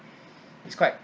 it's quite